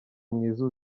mwiza